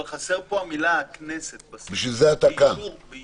אבל חסרה המילה "הכנסת", באישור